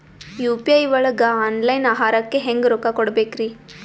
UPI ಒಳಗ online ಆಹಾರಕ್ಕೆ ಹೆಂಗ್ ರೊಕ್ಕ ಕೊಡಬೇಕ್ರಿ?